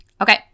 Okay